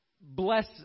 bless